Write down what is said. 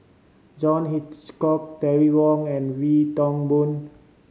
John Hitchcock Terry Wong and Wee Toon Boon